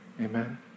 Amen